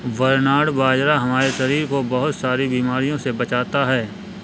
barnyard बाजरा हमारे शरीर को बहुत सारी बीमारियों से बचाता है